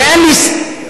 ואין לי ספק,